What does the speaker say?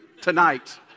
tonight